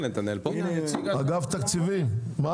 אגף תקציבים, בבקשה.